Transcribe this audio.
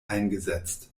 eingesetzt